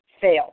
fail